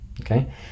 Okay